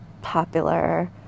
popular